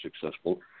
successful